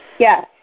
Yes